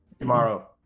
Tomorrow